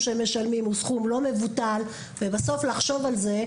הם משלמים סכום לא מבוטל עבור צפייה במשחק.